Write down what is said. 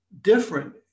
different